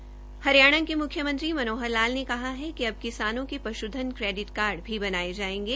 हरियाणा के मुख्यमंत्री मनोहर लाल ने कहा है कि अब किसानों के पशुधन कैंडिट कार्ड भी बनाए जायेंगे